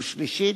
ושלישית,